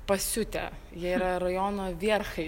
pasiutę jie yra rajono vierchai